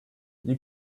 you